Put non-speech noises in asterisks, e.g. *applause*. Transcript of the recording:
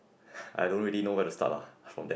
*breath* I don't really know where to start lah for that